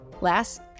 Last